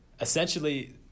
essentially